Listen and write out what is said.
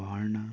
Verna